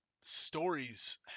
stories